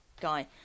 guy